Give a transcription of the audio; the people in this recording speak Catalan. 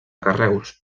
carreus